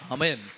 Amen